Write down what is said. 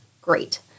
great